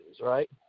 right